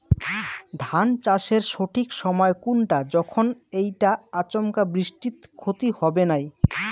ধান চাষের সঠিক সময় কুনটা যখন এইটা আচমকা বৃষ্টিত ক্ষতি হবে নাই?